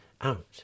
out